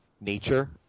nature